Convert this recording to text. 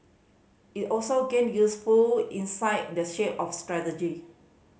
it also gained useful insight the shape of strategy